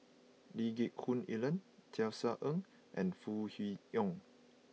Lee Geck Hoon Ellen Tisa Ng and Foo Kwee Horng